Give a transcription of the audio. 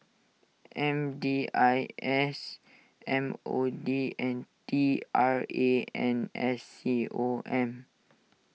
M D I S M O D and T R A N S C O M